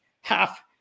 half